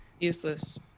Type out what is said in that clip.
Useless